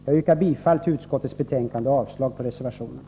Jag yrkar bifall till utskottets hemställan och avslag på reservationen.